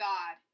God